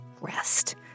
Rest